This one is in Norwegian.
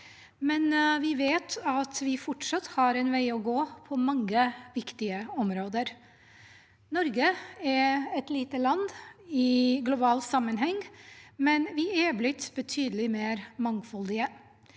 men vi vet at vi fortsatt har en vei å gå på mange viktige områder. Norge er et lite land i global sammenheng, men vi er blitt betydelig mer mangfoldig.